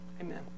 amen